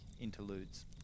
interludes